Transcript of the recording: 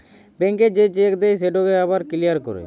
ব্যাংকে যে চ্যাক দেই সেটকে আবার কিলিয়ার ক্যরে